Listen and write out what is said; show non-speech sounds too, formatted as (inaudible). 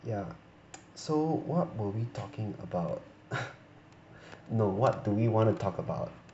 ya (noise) so what were we talking about (coughs) no what do we want to talk about